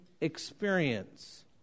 experience